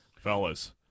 Fellas